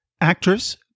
Actress